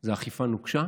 זה אכיפה נוקשה,